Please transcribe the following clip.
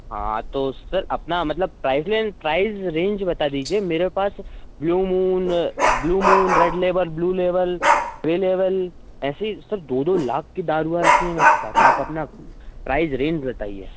हाँ तो सर अपना मतलब प्राइस रेन प्राइज रेंज बता दीजिए मेरे पास blue moon blue moon red label blue label grey label ऐसे ही सर दो दो लाख की दारूआँ रखी हैं हमारे पास आप अपना प्राइस रेंज बताइए